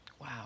Wow